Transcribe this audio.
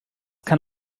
kann